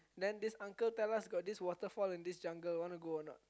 then this uncle tell us got this waterfall in this jungle wanna go or not